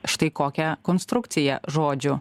štai kokią konstrukciją žodžių